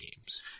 games